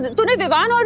but but vivaan and